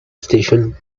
station